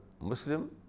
Muslim